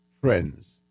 Friends